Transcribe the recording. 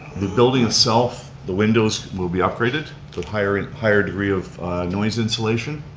the building itself, the windows will be upgraded with higher and higher degree of noise insulation,